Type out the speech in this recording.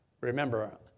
Remember